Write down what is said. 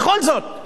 בכל זאת,